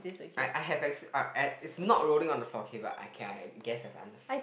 I I have uh uh it's not rolling on the floor okay but I guess I